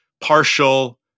partial